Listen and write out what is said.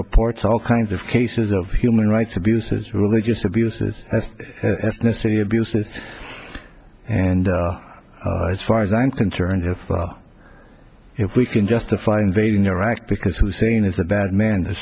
reports all kinds of cases of human rights abuses religious abuses ethnicity abuses and as far as i'm concerned here if we can justify invading iraq because hussein is the bad man the